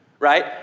right